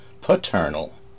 paternal